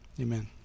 amen